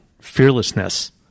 fearlessness